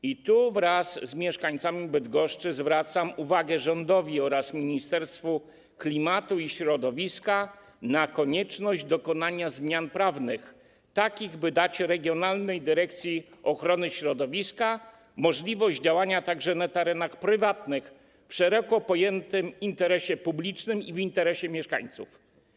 I tu, wraz z mieszkańcami Bydgoszczy, zwracam uwagę rządowi oraz Ministerstwu Klimatu i Środowiska na konieczność dokonania zmian prawnych takich, by dać regionalnej dyrekcji ochrony środowiska możliwość działania także na terenach prywatnych w szeroko pojętym interesie publicznym i w interesie mieszkańców.